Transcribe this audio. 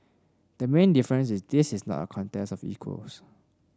the main difference is this is not a contest of equals